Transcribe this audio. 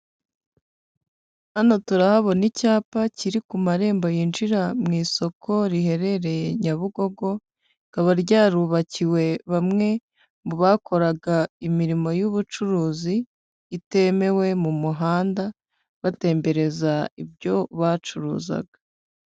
Hano turahabona icyapa kiri ku marembo yinjira mu isoko riherereye Nyabugogo, rikaba ryarubakiwe bamwe mu bakoraga imirimo y'ubucuruzi itemewe mu muhanda, batembereza ibyo bacuruzaga.